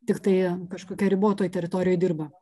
tiktai kažkokioj ribotoj teritorijoj dirba